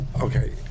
Okay